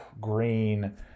green